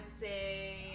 say